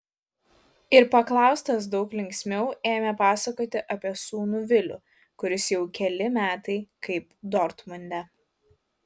ir paklaustas daug linksmiau ėmė pasakoti apie sūnų vilių kuris jau keli metai kaip dortmunde